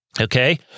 Okay